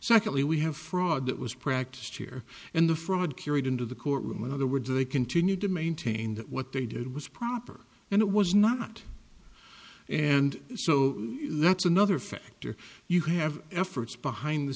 secondly we have fraud that was practiced here in the fraud curate into the courtroom in other words they continued to maintain that what they did was proper and it was not and so that's another factor you have efforts behind the